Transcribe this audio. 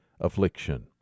affliction